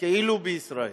כאילו בישראל.